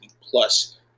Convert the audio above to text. plus